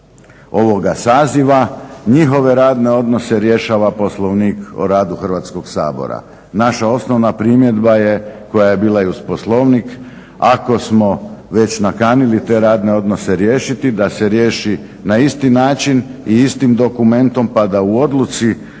ovoga saziva. Njihove radne odnose rješava Poslovnik o radu Hrvatskog sabora. Naša osnova primjedba je, koja je bila i uz Poslovnik, ako smo već nakanili te radne odnose riješiti, da se riješi na isti način i istim dokumentom, pa da u odluci